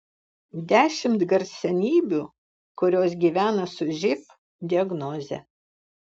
dešimt garsenybių kurios gyvena su živ diagnoze